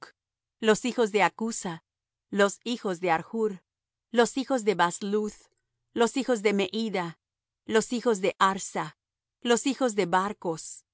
los hijos de hacusa los hijos de harhur los hijos de basluth los hijos de mehida los hijos de harsa los hijos de barcos